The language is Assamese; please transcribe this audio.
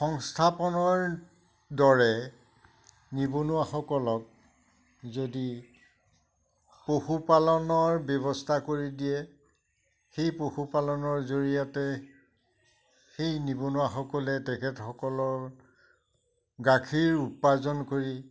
সংস্থাপনৰ দৰে নিবনুৱাসকলক যদি পশুপালনৰ ব্যৱস্থা কৰি দিয়ে সেই পশুপালনৰ জৰিয়তে সেই নিবনুৱাসকলে তেখেতসকলৰ গাখীৰ উপাৰ্জন কৰি